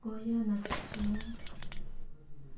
କୟା ନାଚ